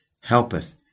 helpeth